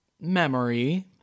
Memory